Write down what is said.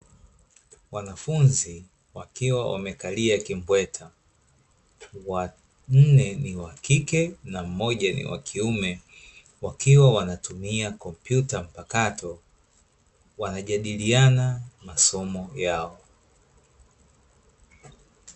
Wanafunzi wakiwa wamekalia kimbweta, wanne ni wa kike na mmoja ni wa kiume wakiwa wanatumia kompyuta mpakato, wanajadiliana masomo yao.